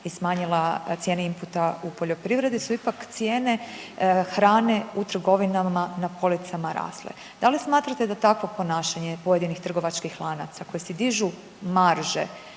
i smanjila cijene imputa u poljoprivredi su ipak cijene hrane u trgovinama na policama rasle. Da li smatrate da takvo ponašanje pojedinih trgovačkih lanaca koji si dižu marže